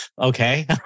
okay